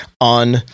on